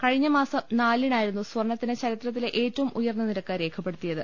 കഴിഞ്ഞ മാസം നാലിനായിരുന്നു സ്വർണത്തിന് ചരിത്രത്തിലെ ഏറ്റവും ഉയർന്ന നിരക്ക് രേഖപ്പെടുത്തിയത്